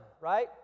right